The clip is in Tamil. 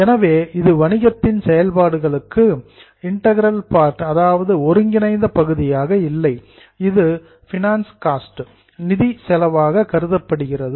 எனவே இது வணிகத்தின் செயல்பாடுகளுக்கு இன்டகரல் பார்ட் ஒருங்கிணைந்த பகுதியாக இல்லை இது பைனான்ஸ் காஸ்ட் நிதி செலவாக கருதப்படுகிறது